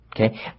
Okay